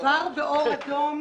עבר באור אדום,